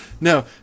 No